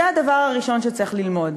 זה הדבר הראשון שצריך ללמוד.